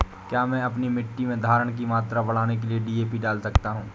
क्या मैं अपनी मिट्टी में धारण की मात्रा बढ़ाने के लिए डी.ए.पी डाल सकता हूँ?